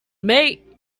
mate